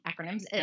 acronyms